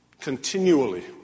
Continually